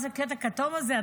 איזה קטע הכתום הזה?